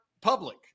public